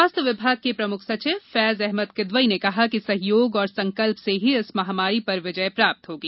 स्वास्थ विभाग के प्रमुख सचिव फैज अहमद किदवई ने कहा कि सहयोग और संकल्प से ही इस महामारी पर विजय प्राप्त होगी